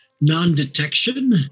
non-detection